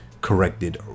corrected